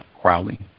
Crowley